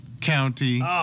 County